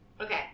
Okay